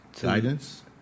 Guidance